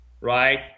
right